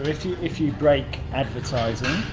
if you break advertising,